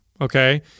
Okay